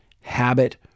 habit